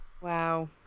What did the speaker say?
wow